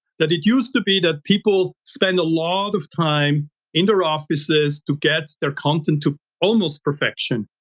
that it used to be that people spend a lot of time in their offices to get their content to almost perfection,